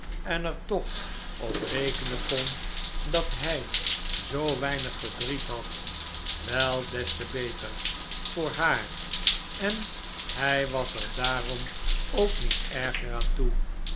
en er toch op rekenen kon dat hij zoo weinig verdriet had wel des te beter voor haar en hij was er daarom ook niet erger aan toe